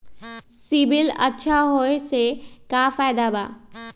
CIBIL अच्छा होऐ से का फायदा बा?